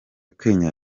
kenya